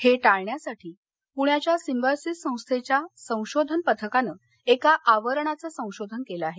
हे टाळण्यासाठी पुण्याच्या सिम्बायोसिस संस्थेच्या संशोधन पथकानं एका आवरणाचं संशोधन केलं आहे